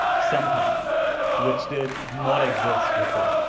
something which did not exist before.